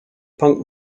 punk